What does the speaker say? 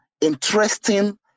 interesting